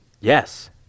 Yes